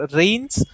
rains